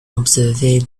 observer